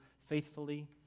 faithfully